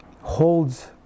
holds